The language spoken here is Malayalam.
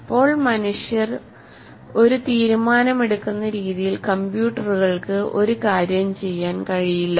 ഇപ്പോൾ മനുഷ്യർ ഒരു തീരുമാനമെടുക്കുന്ന രീതിയിൽ കമ്പ്യൂട്ടറുകൾക്ക് ഒരു കാര്യം ചെയ്യാൻ കഴിയില്ല